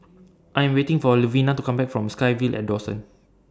I Am waiting For Levina to Come Back from SkyVille At Dawson